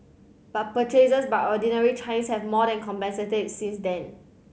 but purchases by ordinary Chinese have more than compensated since then